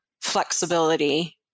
flexibility